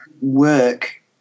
work